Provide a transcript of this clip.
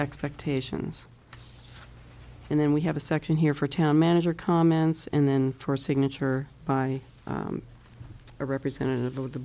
expectations and then we have a section here for town manager comments and then for signature by a representative of the